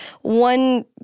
One